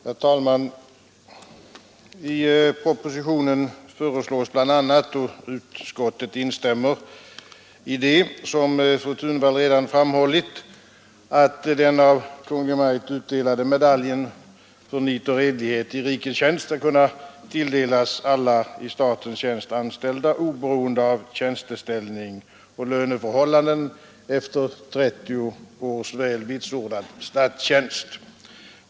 Herr talman! I propositionen föreslås bl.a. — och utskottet instämmer i det, som fru Thunvall redan har framhållit — att den av Kungl. Maj:t utdelade medaljen ”För nit och redlighet i rikets tjänst” bör kunna tilldelas alla i statstjänst anställda, oberoende av tjänsteställning och löneförhållanden, efter 30 års väl vitsordad statstjänst.